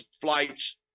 flights